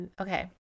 Okay